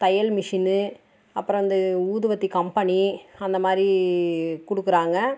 தையல் மிஷினு அப்புறம் அந்த ஊதுபத்தி கம்பெனி அந்தமாதிரி கொடுக்குறாங்க